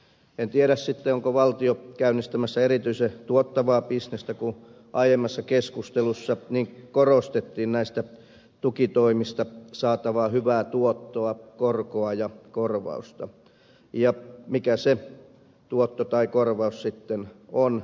en tiedä sitten onko valtio käynnistämässä erityisen tuottavaa bisnestä kun aiemmassa keskustelussa korostettiin näistä tukitoimista saatavaa hyvää tuottoa korkoa ja korvausta ja mikä se tuotto tai korvaus sitten on